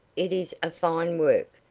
it is a fine work,